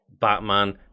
Batman